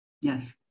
Yes